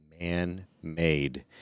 man-made